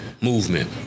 movement